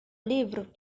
livro